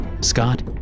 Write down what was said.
Scott